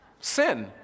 Sin